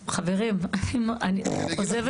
חברים, אני עוזבת את